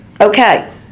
Okay